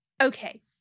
Okay